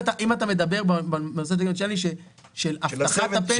אם אתה מדבר בדגם הצ'יליאני של הבטחת הפנסיה.